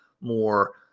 more